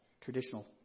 traditional